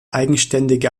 eigenständige